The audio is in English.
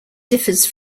differs